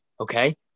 Okay